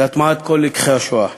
כל לקחי השואה,